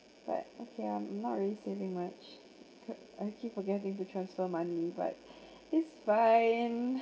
but okay I'm not really saving much I keep forgetting to transfer money but it's fine